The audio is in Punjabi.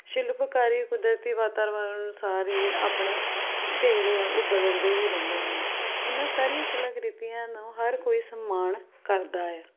ਸ਼ਿਲਪਕਾਰੀ ਕੁਦਰਤੀ ਵਾਤਾਵਰਨ ਅਨੁਸਾਰ ਹੀ ਆਪਣੇ ਕਿੱਤੇ ਜਿਹੜੇ ਆ ਉਹ ਬਦਲਦੇ ਹੀ ਰਹਿੰਦੇ ਹਨ ਇਹਨਾਂ ਸਾਰੀਆਂ ਕਲਾ ਕ੍ਰਿਤੀਆਂ ਨੂੰ ਹਰ ਕੋਈ ਸਮਾਣ ਕਰਦਾ ਹੈ